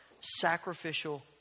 sacrificial